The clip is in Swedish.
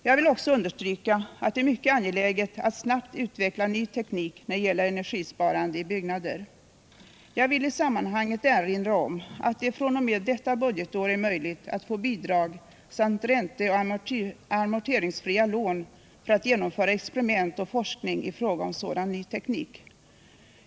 Jag vill också understryka att det är mycket angeläget att snabbt utveckla ny teknik när det gäller energisparandet i byggnader. Jag vill i sammanhanget erinra om att det fr.o.m. detta budgetår är möjligt att få bidrag samt ränteoch amorteringsfria lån för att genomföra experiment och forskning i fråga om sådan ny teknik.